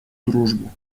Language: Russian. дружбу